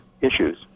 issues